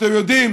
אתם יודעים